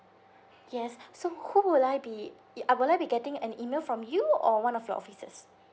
yes so who will I be ah will I be getting an email from you or one of your officers